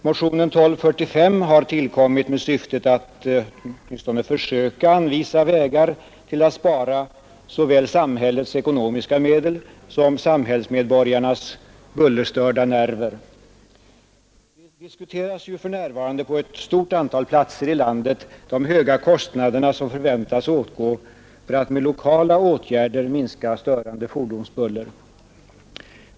Motionen 1245 har tillkommit med syftet att åtminstone försöka anvisa vägar till att spara såväl samhällets ekonomiska medel som samhällsmedborgarnas bullerstörda nerver. På ett stort antal platser i landet diskuteras för närvarande de stora summor som förväntas åtgå för att med lokala åtgärder minska störande fordonsbuller.